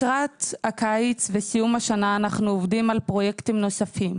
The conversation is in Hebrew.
לקראת הקיץ וסיום השנה אנחנו עובדים על פרויקטים נוספים.